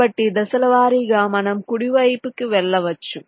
కాబట్టి దశల వారీగా మనం కుడివైపుకి వెళ్ళవచ్చు